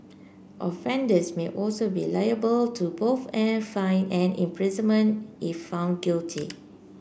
offenders may also be liable to both a fine and imprisonment if found guilty